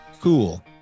cool